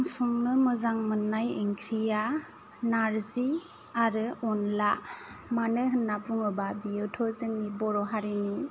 आं संनो मोजां मोननाय ओंख्रिया नारजि आरो अनला मानो होनना बुङोब्ला बियोथ' जोंनि बर' हारिनि